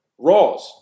Rawls